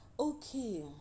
Okay